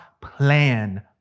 plan